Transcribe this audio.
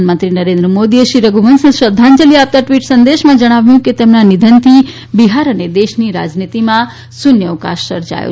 પ્રધાનમંત્રી નરેન્દ્ર મોદી શ્રી રધુવંશને શ્રધ્ધાંજલી આપતા ટવીટ સંદેશમાં કહ્યું કે તેમના નિધનથી બિહાર અને દેશની રાજનીતીમાં શુન્યઅવકાશ સર્જાયો છે